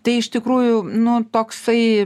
tai iš tikrųjų nu toksai